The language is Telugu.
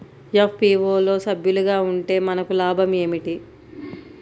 ఎఫ్.పీ.ఓ లో సభ్యులుగా ఉంటే మనకు లాభం ఏమిటి?